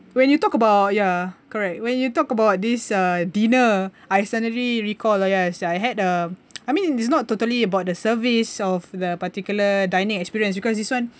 when you talk about ya correct when you talk about this uh dinner I suddenly recall lah ya yes I had a I mean it's not totally about the service of the particular dining experience because this [one]